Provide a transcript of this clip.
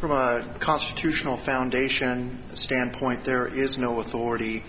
from a constitutional foundation standpoint there is no authority